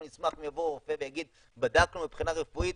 אנחנו נשמח אם יבוא רופא ויגיד: בדקנו מבחינה רפואית,